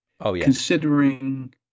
considering